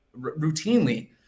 routinely